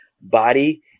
body